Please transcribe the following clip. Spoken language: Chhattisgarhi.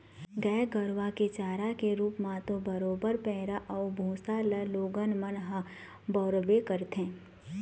गाय गरुवा के चारा के रुप म तो बरोबर पैरा अउ भुसा ल लोगन मन ह बउरबे करथे